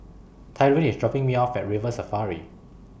Tyrin IS dropping Me off At River Safari